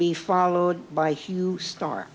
be followed by hugh star